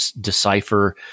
decipher